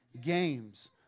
Games